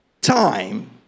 time